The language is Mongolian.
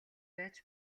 байж